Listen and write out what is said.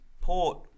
Port